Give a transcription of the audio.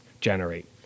generate